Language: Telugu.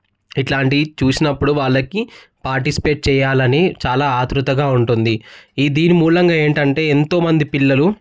ఇట్లాంటివి చూసినప్పుడు వాళ్లకి పాటిస్పేట్ చేయాలని చాలా ఆతృతగా ఉంటుంది ఈ దీని మూలంగా ఏంటంటే ఎంతో మంది పిల్లలు